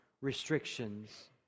restrictions